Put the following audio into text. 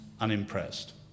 unimpressed